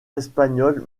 espagnol